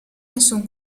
nessun